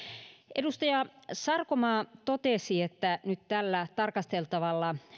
edustaja sarkomaa totesi että tällä tarkasteltavalla